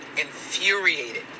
infuriated